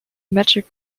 magic